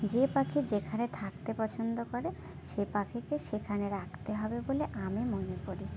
যে পাখি যেখানে থাকতে পছন্দ করে সে পাখিকে সেখানে রাখতে হবে বলে আমি মনে করি